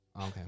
Okay